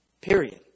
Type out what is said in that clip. period